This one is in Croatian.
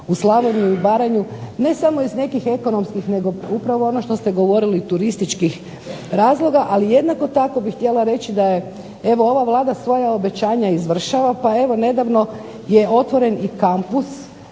u Slavoniju i Baranju ne samo iz nekih ekonomskih nego upravo ono što ste govorili turističkih razloga. Ali jednako tako bih htjela reći da je evo ova Vlada svoja obećanja izvršava pa evo nedavno je otvoren i kampus,